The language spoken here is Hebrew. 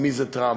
מי זה טראמפ,